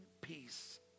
peace